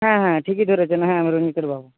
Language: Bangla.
হ্যাঁ হ্যাঁ ঠিকই ধরেছেন হ্যাঁ আমি রঞ্জিতের বাবা